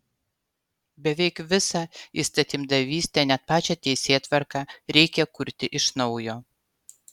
beveik visą įstatymdavystę net pačią teisėtvarką reikia kurti iš naujo